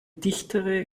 dichtere